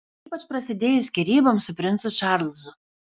ypač prasidėjus skyryboms su princu čarlzu